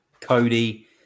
Cody